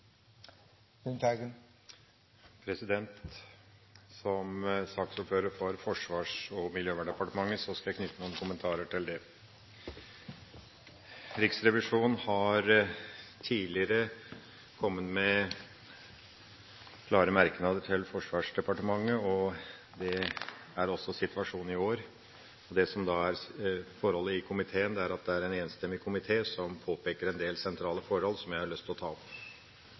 Som saksordfører for Forsvarsdepartementet og Miljøverndepartementet skal jeg knytte noen kommentarer til disse områdene. Riksrevisjonen har tidligere kommet med klare merknader til Forsvarsdepartementet, og det er også situasjonen i år. Det som er forholdet, er at det er en enstemmig komité som påpeker en del sentrale forhold som jeg har lyst til å ta